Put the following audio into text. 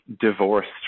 divorced